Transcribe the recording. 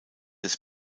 des